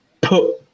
put